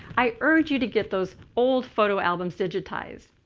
i urge you to get those old photo albums digitized.